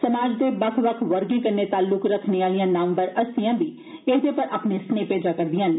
समाज दे बक्ख बक्ख वर्गे कन्नै ताल्क रखने आलिया नामवर हस्तियां बी एहदे पर अपने स्नेह भेजा करदियां न